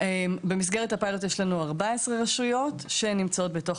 במסגרת הפיילוט יש לנו כ-14 רשויות שנמצאות בתוך